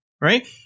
right